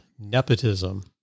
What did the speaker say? nepotism